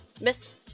miss